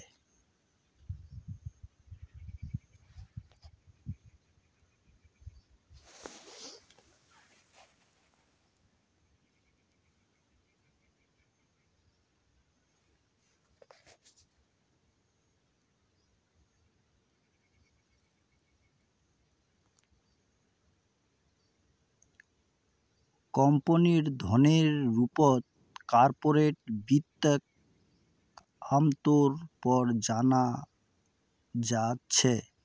कम्पनीर धनेर रूपत कार्पोरेट वित्तक आमतौर पर जाना जा छे